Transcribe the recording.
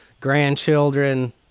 grandchildren